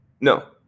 No